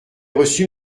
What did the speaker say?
reçu